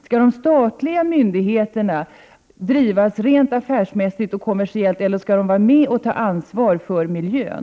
Skall de statliga myndigheterna drivas rent affärsmässigt och kommersiellt, eller skall de vara med och ta ansvar för miljön?